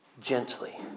gently